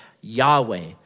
Yahweh